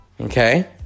okay